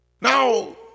Now